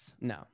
No